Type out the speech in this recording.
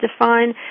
define